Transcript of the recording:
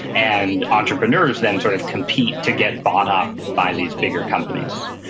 and entrepreneurs then sort of compete to get bought up by these bigger companies.